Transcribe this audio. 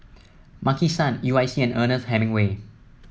Maki San U I C and Ernest Hemingway